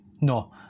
No